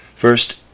First